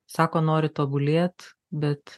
sako nori tobulėt bet